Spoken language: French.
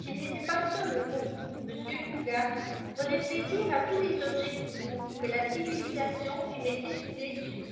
qu'il n'était pas seul au monde mr fougas prenait plaisir à tous les objets nouveaux que la civilisation lui mettait sous les yeux